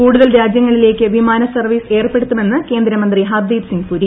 കൂടുതൽ ർ ർ ്യങ്ങളിലേക്ക് വിമാന സർവീസ് ഏർപ്പെടുത്തുമെന്ന് ക്രേന്ദമന്ത്രി ഹർദീപ് സിംഗ് പുരി